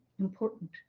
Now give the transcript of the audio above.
important